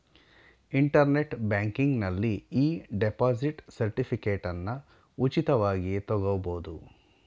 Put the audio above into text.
internet ಬ್ಯಾಂಕಿಂಗ್ನಲ್ಲಿ e deposit ಸರ್ಟಿಫಿಕೇಟನ್ನ ಉಚಿತವಾಗಿ ತಗೊಬೋದು